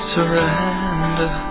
Surrender